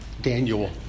Daniel